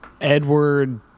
Edward